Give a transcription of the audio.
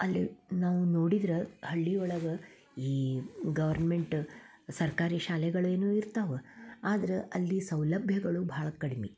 ಅಲ್ಲಿ ನಾವು ನೋಡಿದ್ರ ಹಳ್ಳಿ ಒಳಗ ಈ ಗೌರ್ಮೆಂಟ್ ಸರ್ಕಾರಿ ಶಾಲೆಗಳು ಏನು ಇರ್ತವು ಆದ್ರೆ ಅಲ್ಲಿ ಸೌಲಭ್ಯಗಳು ಬಹಳ ಕಡಿಮೆ